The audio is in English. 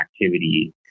activity